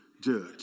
judge